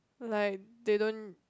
like they don't